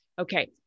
Okay